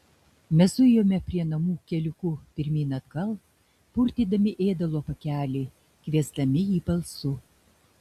mes zujome prie namų keliuku pirmyn atgal purtydami ėdalo pakelį kviesdami jį balsu